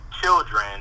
children